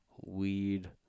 Weed